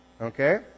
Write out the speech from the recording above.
Okay